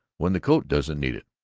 when the coat doesn't need it.